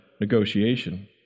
negotiation